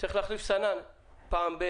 צריך להחליף סנן מדי פעם.